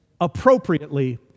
appropriately